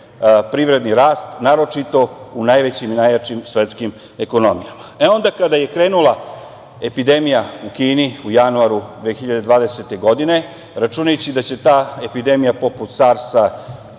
privredni rast, naročito u najvećim i najjačim svetskim ekonomijama, a onda kada je krenula epidemija u Kini, u januaru 2020. godine, računajući da će ta epidemija, poput SARS-a